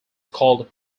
called